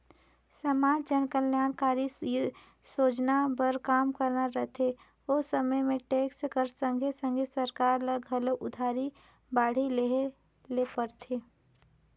समाज जनकलयानकारी सोजना बर काम करना रहथे ओ समे में टेक्स कर संघे संघे सरकार ल घलो उधारी बाड़ही लेहे ले परथे